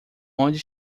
onde